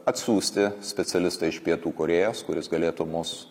atsiųsti specialistą iš pietų korėjos kuris galėtų mus